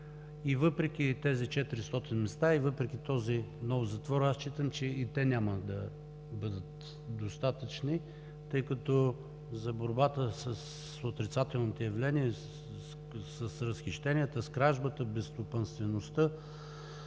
И въпреки тези 400 места, и въпреки този нов затвор, аз считам, че и те няма да бъдат достатъчни, тъй като за борбата с отрицателните явления, с разхищенията, с кражбата, безстопанствеността,